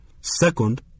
Second